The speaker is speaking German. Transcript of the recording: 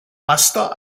master